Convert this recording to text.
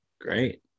Great